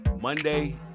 monday